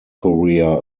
korea